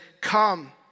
Come